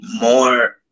more